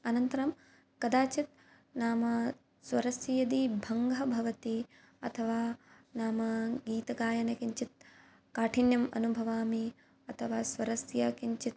अनन्तरं कदाचित् नाम स्वरस्य यदि भङ्गः भवति अथवा नाम गीतगायने किञ्चित् काठिन्यम् अनुभवामि अथवा स्वरस्य किञ्चित्